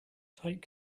tight